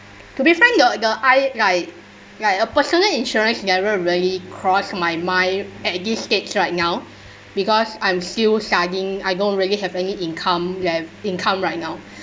to be frank the the I like like a personal insurance never really crossed my mind at this stage right now because I'm still studying I don't really have any income left income right now